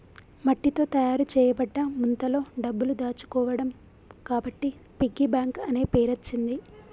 మట్టితో తయారు చేయబడ్డ ముంతలో డబ్బులు దాచుకోవడం కాబట్టి పిగ్గీ బ్యాంక్ అనే పేరచ్చింది